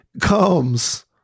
comes